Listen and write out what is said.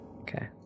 Okay